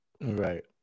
Right